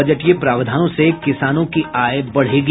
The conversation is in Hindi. बजटीय प्रावधानों से किसानों की आय बढ़ेगी